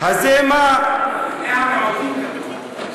כתוב "בני המיעוטים".